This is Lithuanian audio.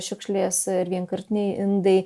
šiukšlės ir vienkartiniai indai